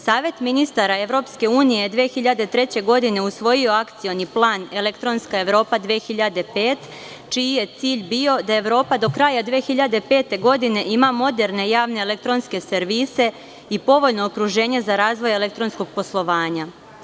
Savet ministara EU je 2003. godine usvojio akcioni plan „Elektronska Evropa 2005“, čiji je cilj bio da Evropa do kraja 2005. godine ima moderne javne elektronske servise i povoljno okruženje za razvoj elektronskog poslovanja.